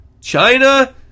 China